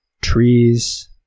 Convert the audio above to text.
trees